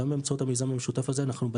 גם באמצעות המיזם המשותף הזה,